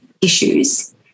issues